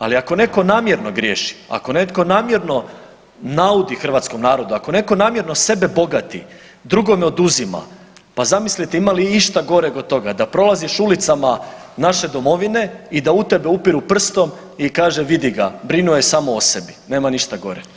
Ali ako netko namjerno griješi, ako netko namjerno naudi hrvatskom narodu, ako netko namjerno sebe bogati drugome oduzima, pa zamislite ima li išta goreg od toga da prolaziš ulicama naše domovine i da u tebe upiru prstom i kaže – vidi ga, brinuo je samo o sebi – nema ništa gore.